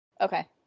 Okay